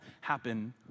happen